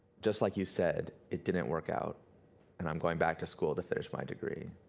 just like you said, it didn't work out and i'm going back to school to finish my degree.